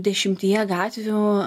dešimtyje gatvių